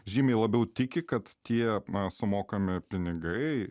žymiai labiau tiki kad tie na sumokami pinigai